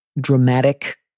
dramatic